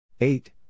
eight